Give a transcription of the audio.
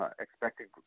expected